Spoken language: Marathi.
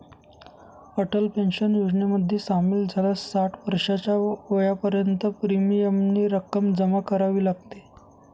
अटल पेन्शन योजनेमध्ये सामील झाल्यास साठ वर्षाच्या वयापर्यंत प्रीमियमची रक्कम जमा करावी लागते